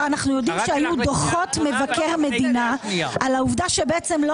אנחנו יודעים שהיו דוחות מבקר המדינה על העובדה שלא